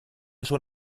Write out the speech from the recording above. schon